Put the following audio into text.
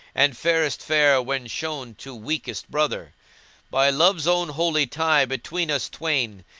and fairest fair when shown to weakest brother by love's own holy tie between us twain,